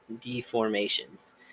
deformations